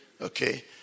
Okay